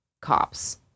cops